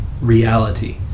reality